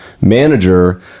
manager